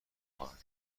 خواهد